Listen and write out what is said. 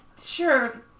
Sure